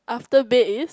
after bed is